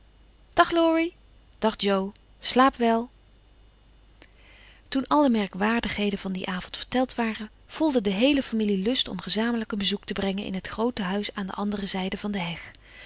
dag laurie dag jo slaap wel toen alle merkwaardigheden van dien avond verteld waren voelde de heele familie lust om gezamenlijk een bezoek te brengen in het groote huis aan de andere zijde van de heg